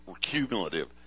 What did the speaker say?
cumulative